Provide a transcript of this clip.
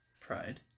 Pride